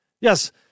Yes